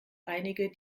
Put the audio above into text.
einige